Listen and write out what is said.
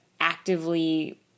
actively